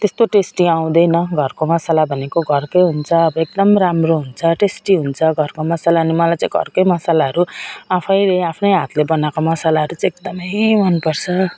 त्यस्तो टेस्टी आउँदैन घरको मसाला भनेको घरकै हुन्छ अब एकदम राम्रो हुन्छ टेस्टी हुन्छ घरको अनि मसाला मलाई चाहिँ घरकै मसालाहरू आफैले आफ्नै हातले बनाएको मसालाहरू चाहिँ एकदम मन पर्छ